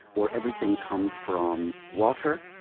or everything comes from water.